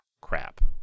crap